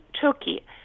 Turkey